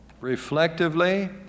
reflectively